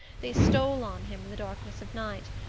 they stole on him in the darkness of night,